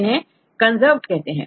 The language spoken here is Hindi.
इन्हें कंज़र्वेड कहते हैं